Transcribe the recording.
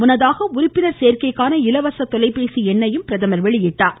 முன்னதாக உறுப்பினர் சேர்க்கைக்கான இலவச தொலைபேசி எண்ணை பிரதமர் வெளியிட்டார்